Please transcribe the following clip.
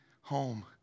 home